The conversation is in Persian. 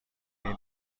این